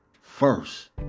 first